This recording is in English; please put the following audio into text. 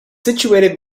situated